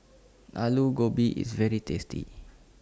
Alu Gobi IS very tasty